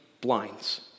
blinds